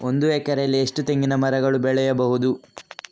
ಒಂದು ಎಕರೆಯಲ್ಲಿ ಎಷ್ಟು ತೆಂಗಿನಮರಗಳು ಬೆಳೆಯಬಹುದು?